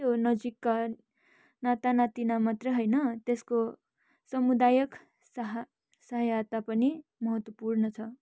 के हो नजिकका नाता नातिना मात्रै होइन त्यसको सामुदायक साहा सहायता पनि महत्त्वपूर्ण छ